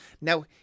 Now